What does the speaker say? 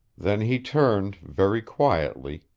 then he turned, very quietly,